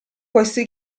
questi